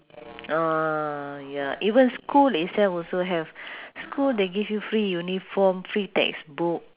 oh ya even school itself also have school they give you free uniform free textbook